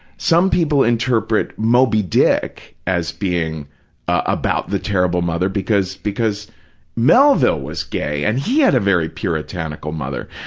some people interpret moby dick as being about the terrible mother because because melville was gay and he had a very puritanical mother.